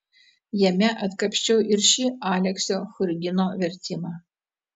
jame atkapsčiau ir šį aleksio churgino vertimą